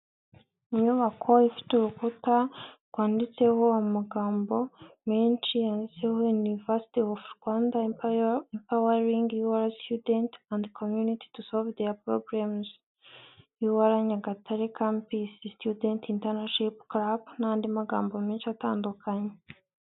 Inyubako ifite urukuta rwanditseho amagambo menshi yanditseho, University of Rwanda Empowering UR Students and the Community to solve their problems. UR Nyagatare Campus student club n'andi magambo menshi atandukanye.